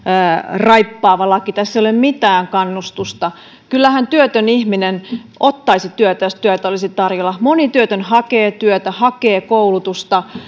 raippaava laki tässä ei ole mitään kannustusta kyllähän työtön ihminen ottaisi työtä jos työtä olisi tarjolla moni työtön hakee työtä hakee koulutusta